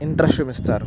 interest చూపిస్తారు